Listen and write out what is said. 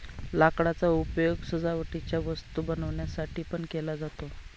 लाकडाचा उपयोग सजावटीच्या वस्तू बनवण्यासाठी पण केला जातो